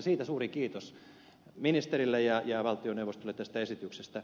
siitä suuri kiitos ministerille ja valtioneuvostolle tästä esityksestä